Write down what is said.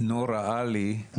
נורה עלי,